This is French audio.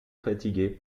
fatiguée